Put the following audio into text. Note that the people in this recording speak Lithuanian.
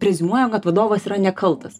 preziumuoja kad vadovas yra nekaltas